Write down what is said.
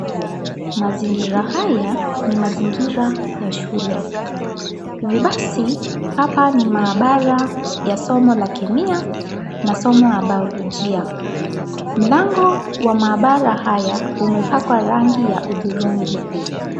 Mazingira haya ni mazingira ya shule. Hivi basi hapa ni maabara ya somo la kemia na somo la biolojia. Mlango wa maabara haya umepakwa rangi ya hudhurungi.